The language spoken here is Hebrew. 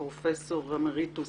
פרופסור אמריטוס